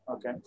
Okay